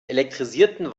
elektrisierten